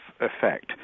effect